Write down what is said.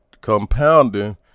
compounding